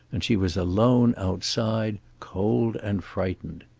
and she was alone outside, cold and frightened.